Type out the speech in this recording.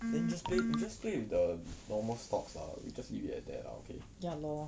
then you just play you just play with the normal stocks lah you just leave it as that lah okay